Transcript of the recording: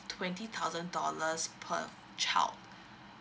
twenty thousand dollars per child